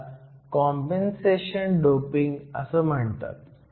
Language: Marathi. ह्याला कॉम्पेनसेशन डोपिंग म्हणतात